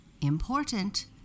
Important